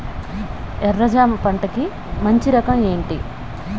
ఎర్ర జమ పంట కి మంచి రకం ఏంటి?